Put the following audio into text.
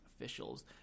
officials